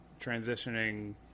transitioning